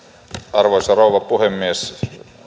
arvoisa rouva puhemies